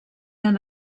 han